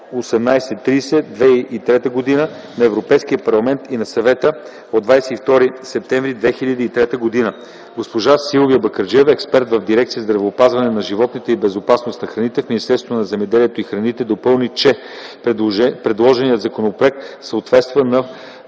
2003 г. Госпожа Силвия Бакърджиева – експерт в дирекция „Здравеопазване на животните и безопасност на храните” в Министерство на земеделието и храните допълни, че предложения законопроект съответства на